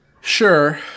sure